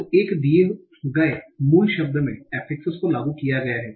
तो एक दिए गए मूल शब्द में अफफिक्सस को लागू किया गया है